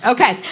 Okay